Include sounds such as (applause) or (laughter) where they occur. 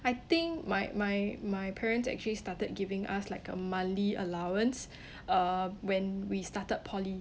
I think my my my parents actually started giving us like a monthly allowance (breath) when we started poly